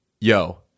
yo